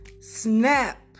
snap